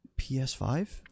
PS5